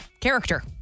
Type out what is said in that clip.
character